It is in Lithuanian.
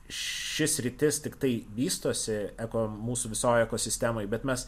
ši sritis tiktai vystosi eko mūsų visoj ekosistemoj bet mes